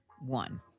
one